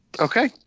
okay